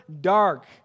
dark